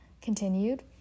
continued